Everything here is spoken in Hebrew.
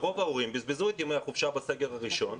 רוב ההורים בזבזו את ימי החופשה בסגר הראשון,